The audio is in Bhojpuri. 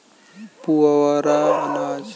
पुवरा अनाज और भूसी निकालय क बाद बचल भाग होला